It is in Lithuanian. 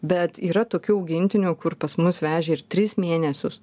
bet yra tokių augintinių kur pas mus vežė ir tris mėnesius